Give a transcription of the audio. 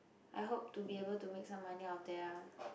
I hope to be able to make some money out of there